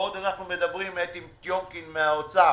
בעוד אנחנו מדברים איתי טמקין ממשרד האוצר